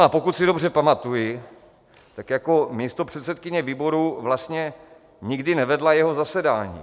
A pokud si dobře pamatuji, jako místopředsedkyně výboru vlastně nikdy nevedla jeho zasedání.